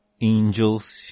angels